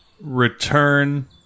return